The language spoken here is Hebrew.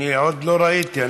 אני עוד לא ראיתי.